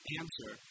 answer